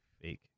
fake